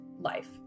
life